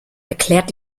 erklärt